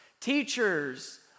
teachers